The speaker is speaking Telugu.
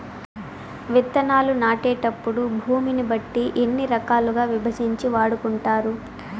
విత్తనాలు నాటేటప్పుడు భూమిని బట్టి ఎన్ని రకాలుగా విభజించి వాడుకుంటారు?